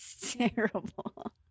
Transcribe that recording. Terrible